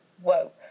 whoa